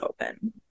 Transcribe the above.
open